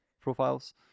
profiles